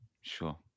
sure